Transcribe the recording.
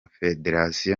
federasiyo